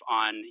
on